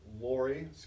Lori